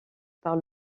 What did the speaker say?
par